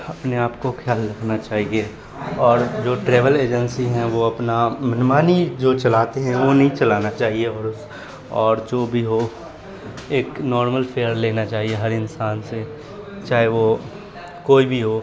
اپنے آپ کو کھیال رکھنا چاہیے اور جو ٹریول ایجنسی ہیں وہ اپنا من مانی جو چلاتے ہیں وہ نہیں چلانا چاہیے اور جو بھی ہو ایک نارمل فیئر لینا چاہیے ہر انسان سے چاہے وہ کوئی بھی ہو